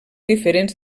diferents